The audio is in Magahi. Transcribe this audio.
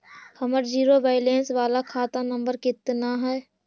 हमर जिरो वैलेनश बाला खाता नम्बर कितना है?